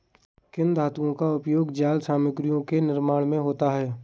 किन धातुओं का उपयोग जाल सामग्रियों के निर्माण में होता है?